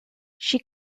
she